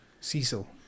Cecil